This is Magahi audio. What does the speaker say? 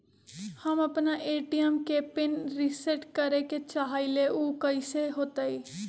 हम अपना ए.टी.एम के पिन रिसेट करे के चाहईले उ कईसे होतई?